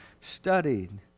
studied